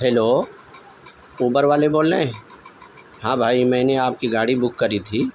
hello Uber والے بول رہے ہیں ہاں بھائی میں نے آپ کی گاڑی بک کری تھی